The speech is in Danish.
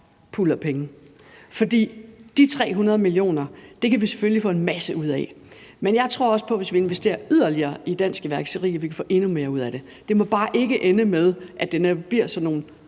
pullerpenge. For de 300 mio. kr. kan vi selvfølgelig få en masse ud af, men jeg tror også på, at hvis vi investerer yderligere i dansk iværksætteri, kan vi få endnu mere ud af det. Det må bare ikke ende med, at det netop bliver sådan nogle